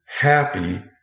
happy